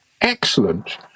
excellent